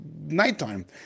nighttime